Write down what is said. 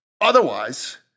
Otherwise